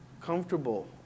comfortable